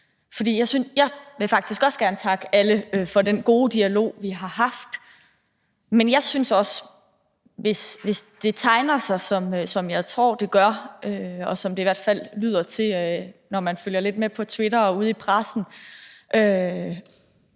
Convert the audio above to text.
Jeg vil faktisk også gerne takke alle for den gode dialog, vi har haft, men jeg synes også, at hvis det tegner sig, som jeg tror det gør, og som det i hvert fald lyder til, når man følger lidt med på Twitter og ude i pressen,